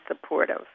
supportive